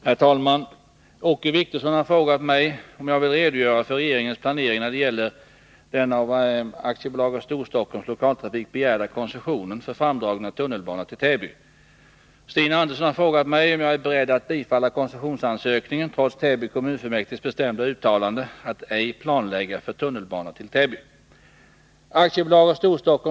Herr talman! Åke Wictorsson har frågat mig om jag vill redogöra för regeringens planering när det gäller den av AB Storstockholms Lokaltrafik begärda koncessionen för framdragning av tunnelbana till Täby. Stina Andersson har frågat mig om jag är beredd att bifalla koncessionsansökningen, trots Täby kommunfullmäktiges bestämda uttalande att ej planlägga för tunnelbana till Täby.